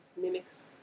mimics